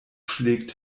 schlägt